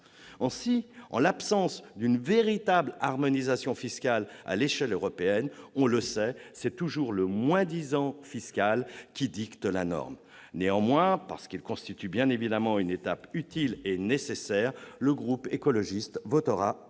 Ainsi, en l'absence d'une véritable harmonisation à l'échelle européenne, c'est toujours le moins-disant fiscal qui est la norme. Néanmoins, parce que cet accord constitue bien évidemment une étape utile et nécessaire, le groupe écologiste votera en